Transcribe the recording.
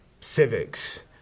civics